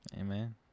Amen